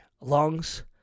lungs